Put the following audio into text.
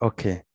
Okay